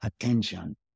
attention